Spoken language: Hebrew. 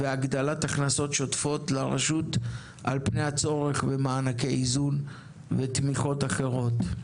והגדלת הכנסות שוטפות לרשות על פני הצורך במעקי איזון ובתמיכות אחרות.